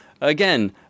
again